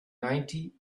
ninety